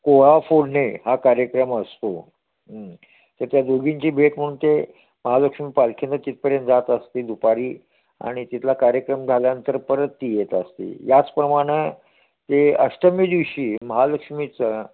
कोहा फोडणे हा कार्यक्रम असतो तर त्या दोघींची भेट म्हणून ते महालक्ष्मी पालखीनं तिथपर्यंत जात असते दुपारी आणि तिथला कार्यक्रम झाल्यानंतर परत ती येत असते याचप्रमाणं ते अष्टमी दिवशी महालक्ष्मीचं